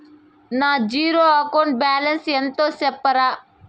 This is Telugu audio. నా జీరో అకౌంట్ బ్యాలెన్స్ ఎంతో సెప్తారా?